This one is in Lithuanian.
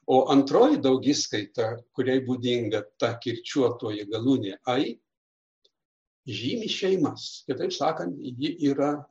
o antroji daugiskaita kuriai būdinga ta kirčiuotoji galūnė ai žymi šeimas kitaip sakant ji yra